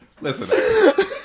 Listen